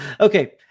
okay